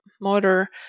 motor